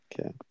okay